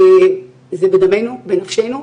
זה בדמנו, בנפשנו,